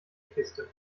kiste